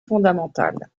fondamentale